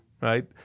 right